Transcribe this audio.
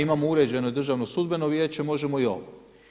Imamo uređeno državno sudbeno vijeće, možemo i ovo.